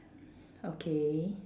okay